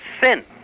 sin